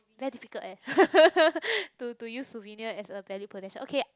very difficult eh to to use souvenir as a valued possession okay